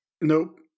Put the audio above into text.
Nope